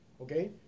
okay